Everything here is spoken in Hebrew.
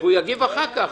הוא יגיב אחר כך.